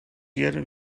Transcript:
year